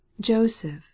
Joseph